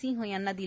सिंह यांना दिली